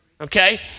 okay